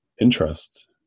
interest